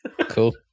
Cool